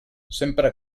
sempre